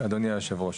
אדוני היושב-ראש.